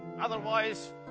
Otherwise